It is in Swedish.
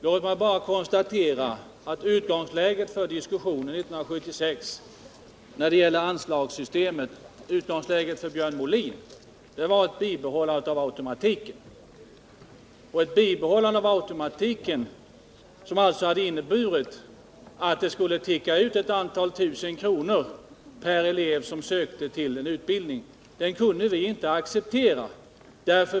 Låt mig bara konstatera att utgångsläget för Björn Molin i diskussionen 1976 om anslagssystemet var ett bibehållande av automatiken. Och en automatik som innebar att det skulle ticka ut ett antal tusen kronor per elev som sökte utbildning kunde vi inte acceptera.